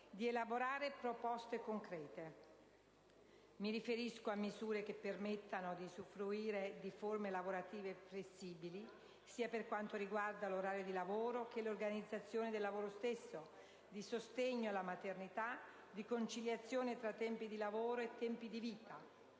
di elaborare proposte concrete. Mi riferisco a misure che permettano di usufruire di forme lavorative flessibili, sia per quanto riguarda l'orario di lavoro che l'organizzazione del lavoro stesso, di sostegno alla maternità, di conciliazione tra tempi di lavoro e tempi di vita.